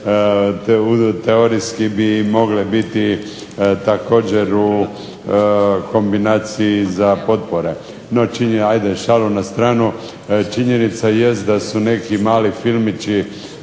teorijski bi mogle biti također u kombinaciji za potpore. No, hajde šalu na stranu. Činjenica jest da su neki mali filmići